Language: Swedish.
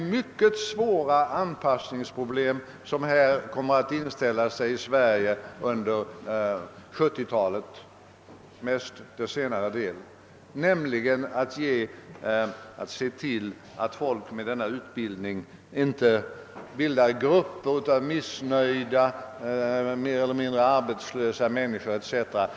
Det är ju samma problem som kommer att inställa sig i Sverige under 1970-talet, mest dess senare del, nämligen att förebygga att det inte uppkommer grupper av missnöjda, mer eller mindre arbetslösa människor med lång utbildning etc.